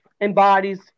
embodies